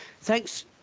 thanks